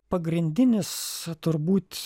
pagrindinis turbūt